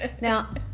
Now